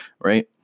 Right